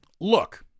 Look